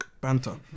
Banter